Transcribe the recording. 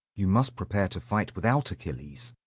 you must prepare to fight without achilles.